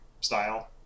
style